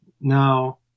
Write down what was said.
Now